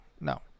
no